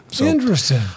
Interesting